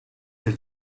del